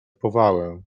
powałę